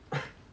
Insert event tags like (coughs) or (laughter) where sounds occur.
(coughs)